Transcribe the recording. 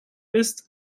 ist